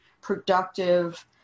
productive